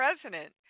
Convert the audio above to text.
president